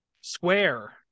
Square